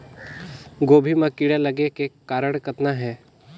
गोभी म कीड़ा लगे के कारण कतना हे?